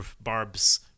Barb's